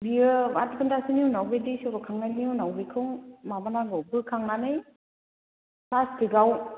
बियो आट घन्टासोनि उनाव बे दै सर' खांनायनि उनाव बेखौ माबा नांगौ बोखांनानै प्लास्टिकआव